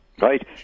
Right